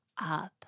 up